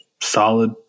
solid